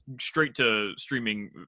straight-to-streaming